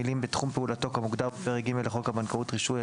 המילים "בתחום פעולתו כמוגדר בפרק ג' לחוק הבנקאות (רישוי),